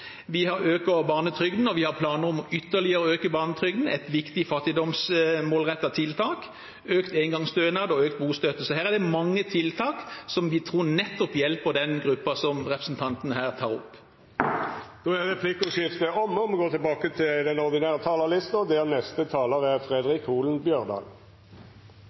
Vi øker barnetrygden, og vi har planer om ytterligere å øke barnetrygden – et viktig fattigdomsmålrettet tiltak – øke engangsstønaden og øke bostøtten. Her er det mange tiltak som vi tror nettopp hjelper den gruppen som representanten tar opp. Replikkordskiftet er omme. Når ein studerer budsjetta frå denne regjeringa, inkludert det reviderte budsjettet frå i år, er